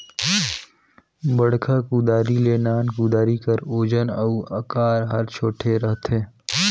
बड़खा कुदारी ले नान कुदारी कर ओजन अउ अकार हर छोटे रहथे